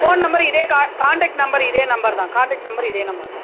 phone number இதே கா contact number இதே நம்பர் தான் காண்டெக்ட் நம்பர் இதே நம்பர் தான்